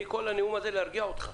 כל הנאום הזה הוא כדי להרגיע אותך.